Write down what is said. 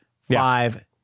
Five